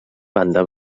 banda